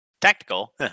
tactical